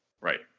Right